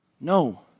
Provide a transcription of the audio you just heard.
No